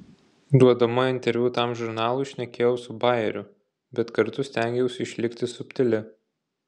duodama interviu tam žurnalui šnekėjau su bajeriu bet kartu stengiausi išlikti subtili